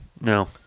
No